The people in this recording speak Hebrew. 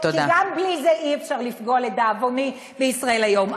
גם בלי זה אי-אפשר לפגוע לדאבוני ב"ישראל היום".